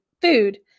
food